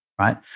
right